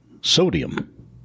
sodium